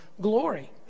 glory